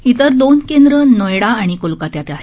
इतर दोन केंद्र नोएडा आणि कोलकत्यात आहेत